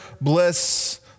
bliss